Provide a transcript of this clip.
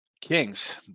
Kings